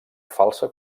falsa